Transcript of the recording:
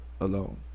alone